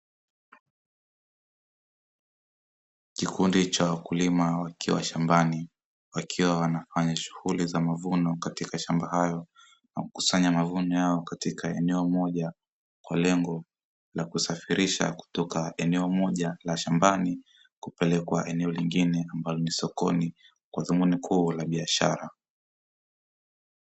Kikundi cha wakulima wakiwa shambani, wakiwa wanafanya shughuli za mavuno katika mashamba hayo na kukusanya mavuno yao katika eneo moja kwa lengo la kusafirisha kutoka eneo moja la shambani kupelekwa eneo lingine ambalo ni sokoni kwa dhumuni kuu la biashara.